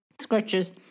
scratches